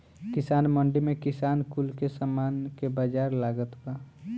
किसान मंडी में किसान कुल के सामान के बाजार लागता बा